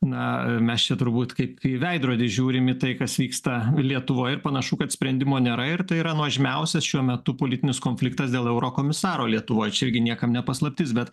na mes čia turbūt kaip kai veidrodį žiūrim į tai kas vyksta lietuvoj ir panašu kad sprendimo nėra ir tai yra nuožmiausias šiuo metu politinis konfliktas dėl eurokomisaro lietuvoj čia irgi niekam ne paslaptis bet